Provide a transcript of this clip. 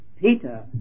Peter